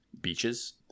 beaches